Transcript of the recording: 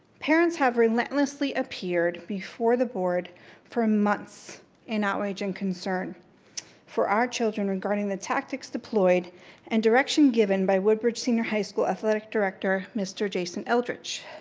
parents have relentlessly appeared before the board for months in outrage and concern for our children regarding the tactics deployed and direction given by woodbridge senior high school athletic director mr. jason eldredge.